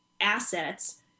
assets